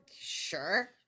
Sure